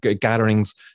gatherings